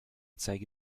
zeige